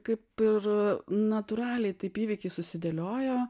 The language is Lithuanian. kaip ir natūraliai taip įvykiai susidėliojo